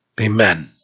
Amen